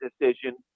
decision